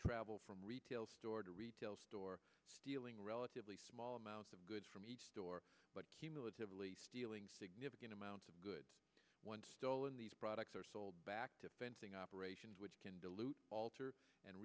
travel from a retail store to retail store stealing relatively small amounts of goods from each store but cumulatively stealing significant amounts of goods once stolen these products are sold back to fencing operations which can dilute alter and